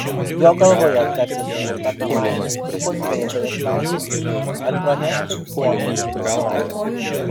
jo galvoje tarsi sugauta kamanė sukosi vienintelis klausimas ar pranešti ponui džino atsakymą